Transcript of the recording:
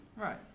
Right